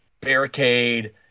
barricade